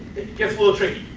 gets a little tricky.